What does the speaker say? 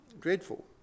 Dreadful